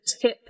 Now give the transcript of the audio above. tip